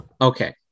Okay